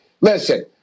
Listen